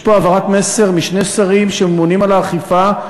יש פה העברת מסר משני שרים שממונים על האכיפה.